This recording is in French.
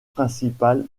principal